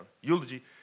eulogy